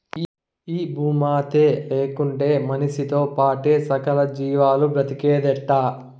ఈ భూమాతే లేకుంటే మనిసితో పాటే సకల జీవాలు బ్రతికేదెట్టా